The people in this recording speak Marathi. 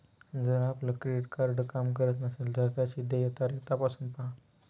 जर आपलं क्रेडिट कार्ड काम करत नसेल तर त्याची देय तारीख तपासून पाहा